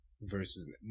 versus